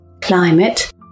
climate